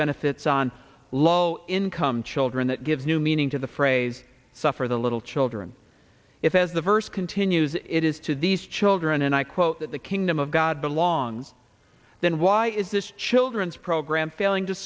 benefits on low income children that gives new meaning to the phrase suffer the little children if as the verse continues it is to these children and i quote that the kingdom of god belongs then why is this children's program failing to